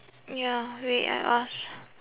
ya wait I ask